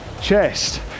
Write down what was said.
chest